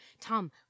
Tom